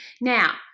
Now